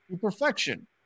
Perfection